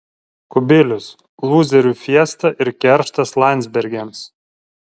kubilius lūzerių fiesta ir kerštas landsbergiams